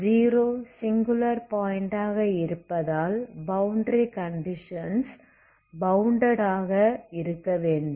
0 singular point ஆக இருப்பதால் boundary conditions bounded ஆக இருக்கவேண்டும்